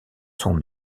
son